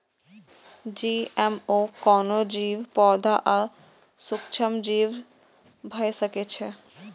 GMO कोनो जीव, पौधा आ सूक्ष्मजीव भए सकै छै